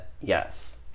Yes